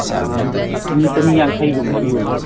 ꯃꯤ ꯆꯅꯤ ꯌꯥꯡꯈꯩꯒꯨꯝꯕꯒꯤ ꯑꯣꯏꯅꯤ